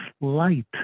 light